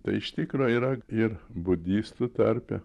tai iš tikro yra ir budistų tarpe